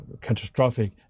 catastrophic